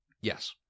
yes